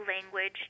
language